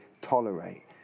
tolerate